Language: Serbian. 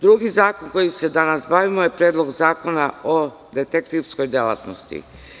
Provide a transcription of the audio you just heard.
Drugi zakon kojim se danas bavimo, jeste Predlog zakona o detektivskoj delatnosti.